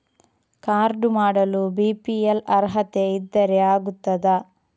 Card ಮಾಡಲು BPL ಅರ್ಹತೆ ಇದ್ದರೆ ಆಗುತ್ತದ?